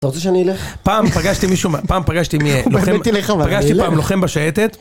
אתה רוצה שאני אלך? פעם פגשתי מישהו, פעם פגשתי מ לוחם, פגשתי פעם לוחם בשייטת